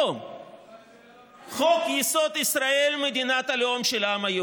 כי כפי שאמרתי, מפלגתה הייתה